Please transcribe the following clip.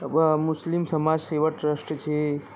મુસ્લિમ Samaj Seva trust છે